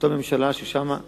לא הייתי שר פנים.